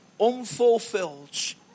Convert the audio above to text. unfulfilled